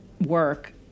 work